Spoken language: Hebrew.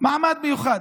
"מעמד מיוחד".